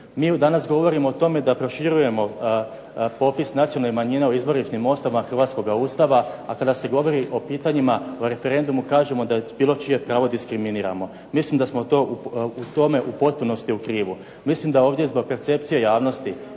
evo danas govorimo o tome da proširujemo popis nacionalnih manjina u izvorišnim osnovama hrvatskoga Ustava, a kada se govori o pitanjima, o referendumu kažemo da bilo čije pravo diskriminiramo. Mislim da smo u tome u potpunosti u krivu. Mislim da ovdje zbog percepcije javnosti